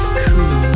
cool